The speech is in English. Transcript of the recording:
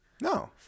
No